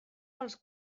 pels